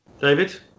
David